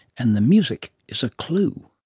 and the music is a clue